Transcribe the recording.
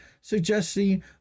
suggesting